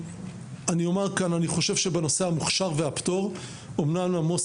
אני חושב שבנושא המוכשר והפטור אמנם עמוס